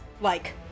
like-